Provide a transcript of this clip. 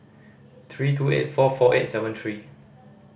three two eight four four eight seven three